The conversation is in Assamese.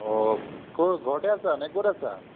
অঁ ক'ত ঘৰতে আছা নে ক'ত আছা